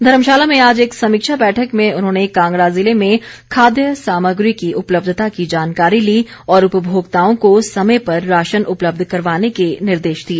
धर्मशाला में आज एक समीक्षा बैठक में उन्होंने कांगड़ा जिले में खाद्य सामग्री की उपलब्धता की जानकारी ली और उपभोक्ताओं को समय पर राशन उपलब्ध करवाने के निर्देश दिए